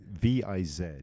V-I-Z